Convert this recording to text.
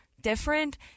different